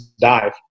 dive